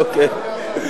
אוקיי.